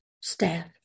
staff